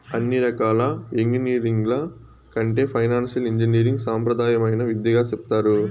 అన్ని రకాల ఎంగినీరింగ్ల కంటే ఫైనాన్సియల్ ఇంజనీరింగ్ సాంప్రదాయమైన విద్యగా సెప్తారు